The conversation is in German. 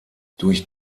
durch